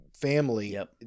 family